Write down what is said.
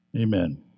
Amen